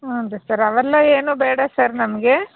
ಹ್ಞೂ ರೀ ಸರ್ ಅವೆಲ್ಲ ಏನೂ ಬೇಡ ಸರ್ ನಮಗೆ